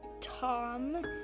Tom